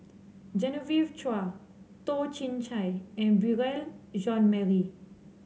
Genevieve Chua Toh Chin Chye and Beurel Jean Marie